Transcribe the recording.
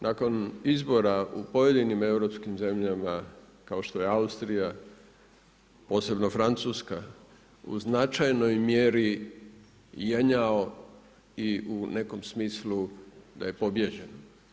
Nakon izbora u pojedinim europskim zemljama kao što je Austrija, posebno Francuska u značajnoj mjeri jenjao i nekom smislu da je pobijeđen.